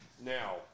now